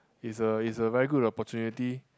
is a is a very good opportunity